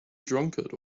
drunkard